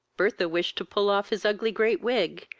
bertha wished to pull off his ugly great wig,